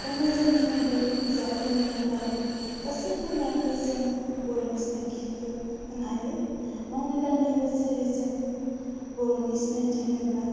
गाननाय जोमनायनि अनगायैबो जानाय लोंनायखौ लानानै गासैखौबो लानानै जों बर'नि सिनाथिखौ होनो हायो मावनाय दांनायाबो जेरै जों बर'नि सिनायथि होनोब्ला